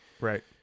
right